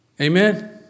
Amen